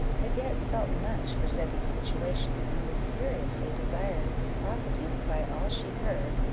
had yet felt much for zebby's situation, and was seriously desirous of profiting by all she heard,